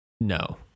No